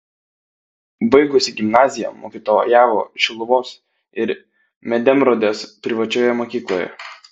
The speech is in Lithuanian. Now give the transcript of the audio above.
baigusi gimnaziją mokytojavo šiluvos ir medemrodės privačioje mokykloje